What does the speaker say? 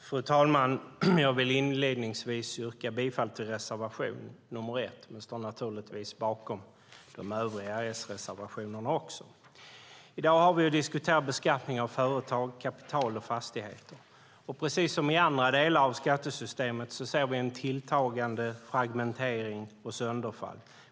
Fru talman! Jag vill inledningsvis yrka bifall till reservation nr 1, men jag står naturligtvis bakom de övriga S-reservationerna också. I dag har vi att diskutera beskattning av företag, kapital och fastigheter. Precis som i andra delar av skattesystemet ser vi tilltagande fragmentering och sönderfall.